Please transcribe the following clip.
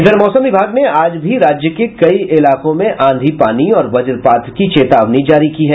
इधर मौसम विभाग ने आज भी राज्य के कई इलाकों में आंधी पानी और वज्रपात की चेतावनी जारी की है